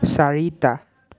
চাৰিটা